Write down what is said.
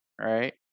right